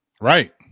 Right